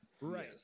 Right